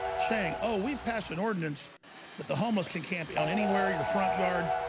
saying oh, we've passed an ordinance that the homeless can camp beyond anywhere your front yard.